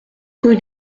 rue